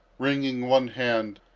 wringing one hand,